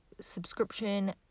subscription